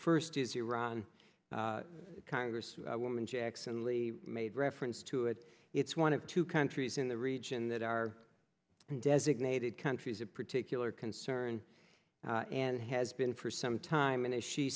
first is iran congress woman jackson lee made reference to it it's one of two countries in the region that are designated countries a particular concern and has been for some time and